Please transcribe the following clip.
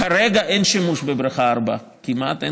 כרגע אין שימוש בבריכה 4 כמעט.